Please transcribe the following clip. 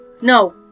No